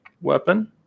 weapon